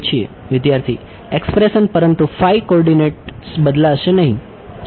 વિદ્યાર્થી એક્સપ્રેસન પરંતુ phi coordinates બદલાશે નહીં